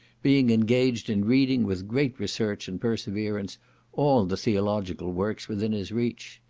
being engaged in reading with great research and perseverance all the theological works within his reach.